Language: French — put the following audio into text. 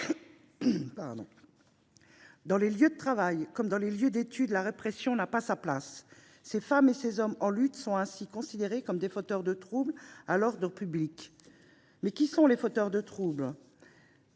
Dans les lieux de travail comme dans les lieux d’études, la répression n’a pourtant pas sa place. Ces femmes et ces hommes en lutte sont ainsi considérés comme des fauteurs de troubles à l’ordre public… Or qui sont les fauteurs de troubles ?